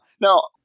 Now